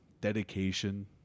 dedication